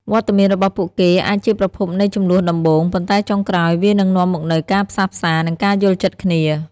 វត្តមានរបស់ពួកគេអាចជាប្រភពនៃជម្លោះដំបូង ប៉ុន្តែចុងក្រោយវានឹងនាំមកនូវការផ្សះផ្សា និងការយល់ចិត្តគ្នា។